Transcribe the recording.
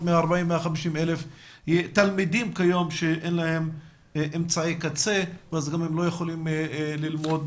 150,000-140,000 תלמידים שכיום אין להם אמצעי קצה ואז הם לא יכולים ללמוד